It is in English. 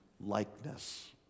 likeness